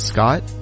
Scott